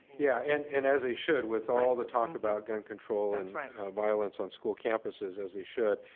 yeah, and and as they should with all the talk about gun control and violence on school campuses, as they should.